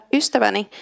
ystäväni